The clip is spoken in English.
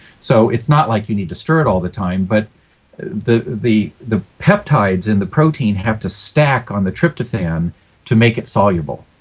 so it's not like you need to stir it all the time, but the the peptides and the protein have to stack on the tryptophan to make it soluble.